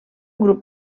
grup